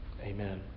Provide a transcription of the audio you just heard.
Amen